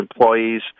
employees